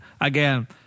again